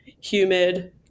humid